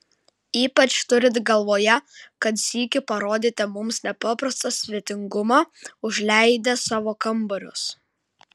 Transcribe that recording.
ypač turint galvoje kad sykį parodėte mums nepaprastą svetingumą užleidęs savo kambarius